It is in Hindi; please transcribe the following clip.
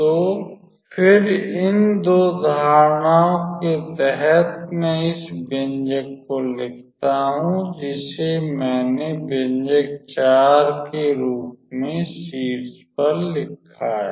तो फिर इन दो धारणाओं के तहत मैं इस व्यंजक को लिखता हूँ जिसे मैंने व्यंजक के रूप में शीर्ष पर लिखा है